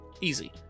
Easy